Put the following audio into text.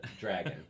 dragon